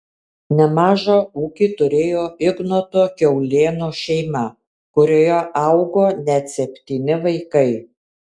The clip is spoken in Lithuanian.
nemažą ūkį turėjo ignoto kiaulėno šeima kurioje augo net septyni vaikai